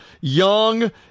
Young